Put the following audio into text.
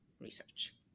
research